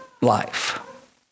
life